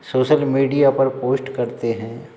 social media पर post करते हैं